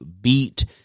beat